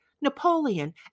Napoleon